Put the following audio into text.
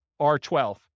R12